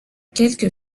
quelques